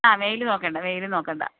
ആ മെയില് നോക്കേണ്ട മെയില് നോക്കേണ്ട